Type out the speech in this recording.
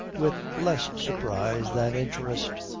with less surprise than interest.